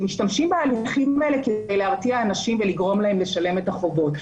שמשתמשים בהליכים האלה כדי להרתיע אנשים ולגרום להם לשלם את החובות.